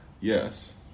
Yes